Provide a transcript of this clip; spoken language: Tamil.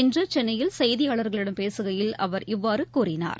இன்று சென்னையில் செய்தியாளர்களிடம் பேசுகையில் அவர் இவ்வாறு கூறினார்